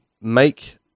make